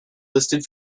listed